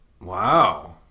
Wow